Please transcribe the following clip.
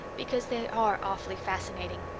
because they are awfully fascinating.